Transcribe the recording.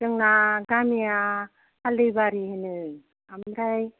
जोंना गामिया हाल्दिबारि होनो ओमफ्राय